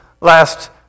last